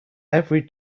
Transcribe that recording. every